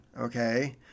okay